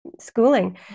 schooling